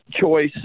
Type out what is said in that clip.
choice